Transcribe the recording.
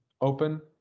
open